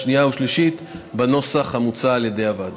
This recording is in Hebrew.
שנייה ושלישית בנוסח המוצע על ידי הוועדה.